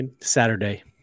Saturday